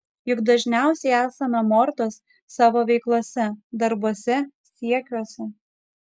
juk dažniausiai esame mortos savo veiklose darbuose siekiuose